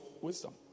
wisdom